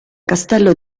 castello